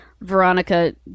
Veronica